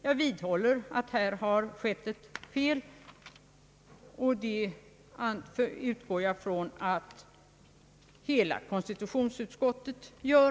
Jag vidhåller att ett fel här har skett, och det utgår jag från att hela konstitutionsutskottet gör.